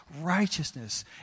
righteousness